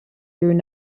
through